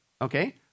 okay